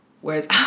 Whereas